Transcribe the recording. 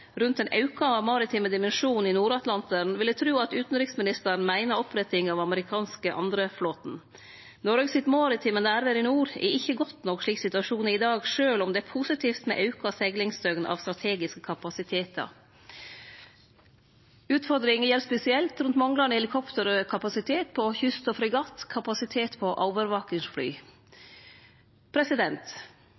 auka maritime dimensjonen i Nord-Atlanteren vil eg tru at utanriksministeren meiner oppretting av den amerikanske andreflåten. Noreg sitt maritime nærvær i nord er ikkje godt nok, slik situasjonen er i dag, sjølv om det er positivt med eit auka tal seglingsdøgn av strategiske kapasitetar. Utfordringa gjeld spesielt manglande helikopterkapasitet på kystvakt og fregatt og kapasitet på overvakingsfly.